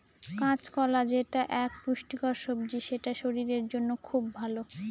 কাঁচকলা যেটা এক পুষ্টিকর সবজি সেটা শরীরের জন্য খুব ভালো